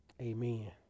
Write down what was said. Amen